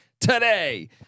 today